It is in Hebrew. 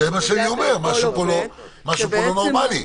זה מה שאני אומר, משהו פה לא נורמלי.